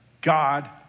God